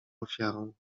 ofiarą